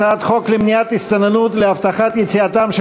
הצעת חוק למניעת הסתננות ולהבטחת יציאתם של